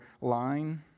line